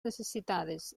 necessitades